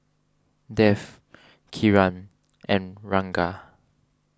Dev Kiran and Ranga